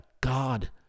God